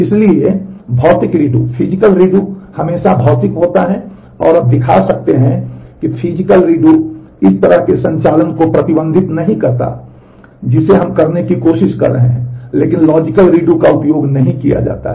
इसलिए भौतिक रीडू हमेशा भौतिक होता है और आप दिखा सकते हैं कि फिजिकल रीडू इस तरह के संचालन को प्रतिबंधित नहीं करता है जिसे हम करने की कोशिश कर रहे हैं लेकिन लॉजिकल रीडू का उपयोग नहीं किया जाता है